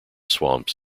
swamps